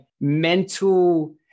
mental